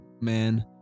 man